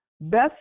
best